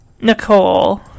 Nicole